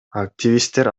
активисттер